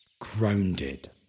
grounded